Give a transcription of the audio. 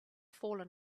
fallen